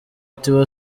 tiwa